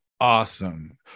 awesome